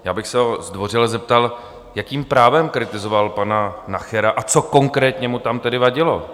Já bych se ho zdvořile zeptal, jakým právem kritizoval pana Nachera, a co konkrétně mu tam tedy vadilo?